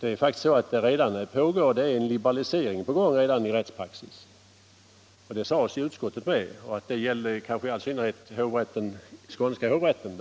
Det är faktiskt redan en liberalisering på gång i rättspraxis, det sades också i utskottet. Detta gäller kanske i all synnerhet skånska hovrätten.